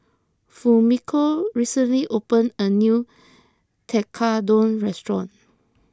Fumiko recently opened a new Tekkadon restaurant